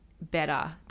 better